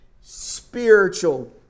spiritual